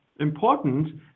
important